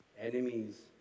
enemies